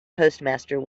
postmaster